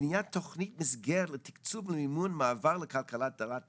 בבניית תוכנית מסגרת לתקצוב ולמימון מעבר לכלכלה דלת פחמן,